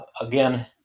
again